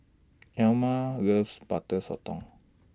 Elmire loves Butter Sotong